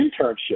internship